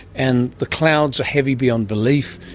and the clouds are heavy beyond belief,